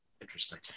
Interesting